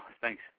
thanks